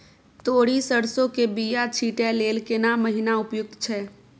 तोरी, सरसो के बीया छींटै लेल केना महीना उपयुक्त छै?